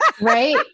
Right